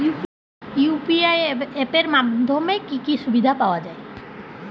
UPI app এর মাধ্যমে কি কি সুবিধা পাওয়া যায়?